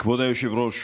כבוד היושב-ראש,